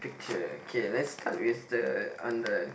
picture okay let's start with the under